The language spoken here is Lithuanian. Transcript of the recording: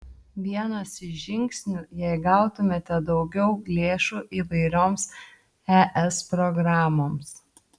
vienas iš žingsnių jei gautumėme daugiau lėšų įvairioms es programoms